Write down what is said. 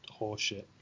horseshit